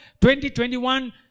2021